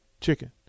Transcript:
chicken